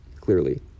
clearly